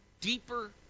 deeper